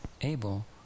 able